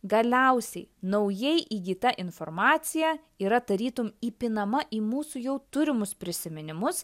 galiausiai naujai įgyta informacija yra tarytum įpinama į mūsų jau turimus prisiminimus